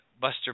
Buster